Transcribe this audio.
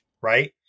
Right